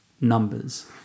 numbers